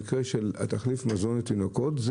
במקרה התחליף מזון לתינוקות,